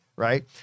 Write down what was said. Right